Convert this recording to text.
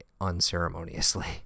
unceremoniously